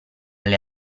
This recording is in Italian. alle